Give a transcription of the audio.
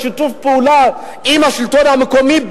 בשיתוף פעולה עם השלטון המקומי,